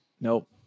Nope